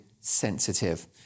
sensitive